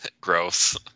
gross